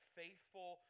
faithful